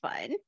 fun